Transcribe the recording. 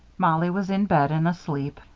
mollie was in bed and asleep,